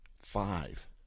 five